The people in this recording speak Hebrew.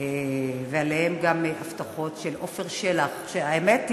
ואתן גם הבטחות של עופר שלח, שהאמת היא,